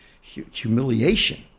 humiliation